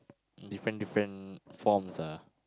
different different forms ah